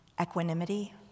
equanimity